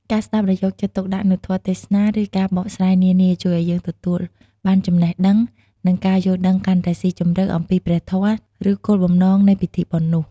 ការស្តាប់ដោយយកចិត្តទុកដាក់ នូវធម៌ទេសនា ឬការបកស្រាយនានា ជួយឲ្យយើងទទួលបានចំណេះដឹង និងការយល់ដឹងកាន់តែស៊ីជម្រៅអំពីព្រះធម៌ ឬគោលបំណងនៃពិធីបុណ្យនោះ។